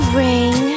ring